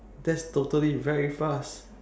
that's totally very fast